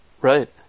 Right